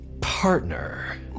partner